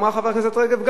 אמרה חברת הכנסת רגב,